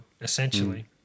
essentially